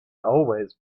always